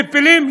מפילים,